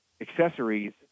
accessories